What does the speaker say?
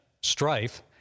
strife